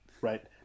Right